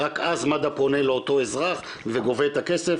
רק אז מד”א פונה לאותו אזרח וגובה את הכסף,